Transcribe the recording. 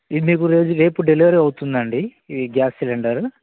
ఇది మీకు రోజు రేపు డెలివరీ అవుతుందండి ఈ గ్యాస్ సిలిండర్